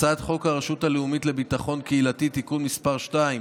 הצעת חוק הרשות הלאומית לביטחון קהילתי (תיקון מס' 2),